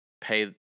pay